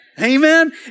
Amen